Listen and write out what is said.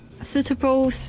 suitable